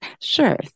Sure